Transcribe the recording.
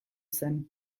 zen